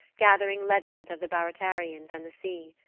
gathering legends of the baratarians and the sea.